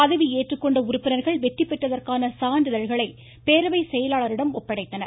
பதவி ஏற்றுக்கொண்ட உறுப்பினர்கள் வெற்றிபெற்றதற்கான சான்றிதழ்களை பேரவை செயலாளரிடம் ஒப்படைத்தனர்